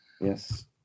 Yes